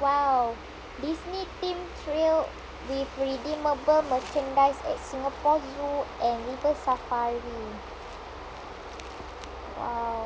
!wow! disney themed trail with redeemable merchandise at singapore zoo and river safari !wow!